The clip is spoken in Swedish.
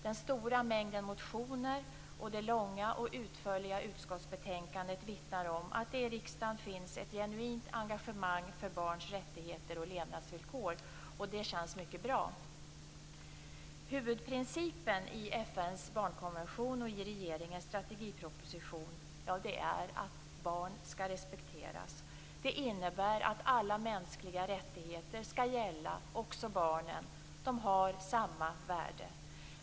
Den stora mängden motioner och det långa och utförliga utskottsbetänkandet vittnar om att det i riksdagen finns ett genuint engagemang för barns rättigheter och levnadsvillkor. Det känns mycket bra. Huvudprincipen i FN:s barnkonvention och i regeringens strategiproposition är att barn skall respekteras. Det innebär att alla mänskliga rättigheter skall gälla också barnen. De har samma värde.